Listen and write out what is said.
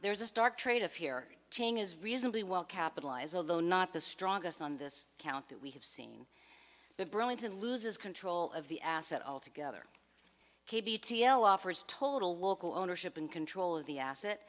there's a stock trade of here chain is reasonably well capitalized although not the strongest on this count that we have seen the burlington loses control of the asset altogether k b t l offers total local ownership and control of the asset